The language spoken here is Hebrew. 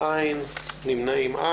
אין נמנעים,